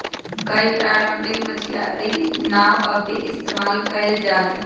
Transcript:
कई पारम्परिक मछियारी नाव अब भी इस्तेमाल कइल जाहई